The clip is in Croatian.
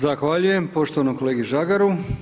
Zahvaljujem poštovanom kolegi Žagaru.